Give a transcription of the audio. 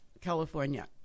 California